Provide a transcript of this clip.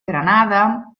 granada